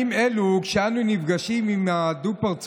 לוועדה באיזשהו שלב ואמר: יש לי הוראה מיושב-ראש